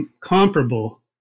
comparable